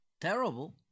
terrible